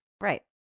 Right